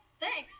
Thanks